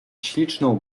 śliczną